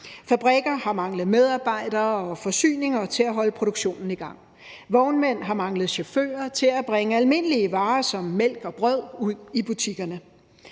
Fabrikker har manglet medarbejdere og forsyninger til at holde produktionen i gang. Vognmænd har manglet chauffører til at bringe almindelige varer som mælk og brød ud i butikkerne.